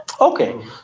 okay